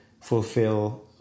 fulfill